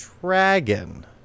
dragon